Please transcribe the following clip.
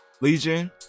Legion